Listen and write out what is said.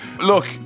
look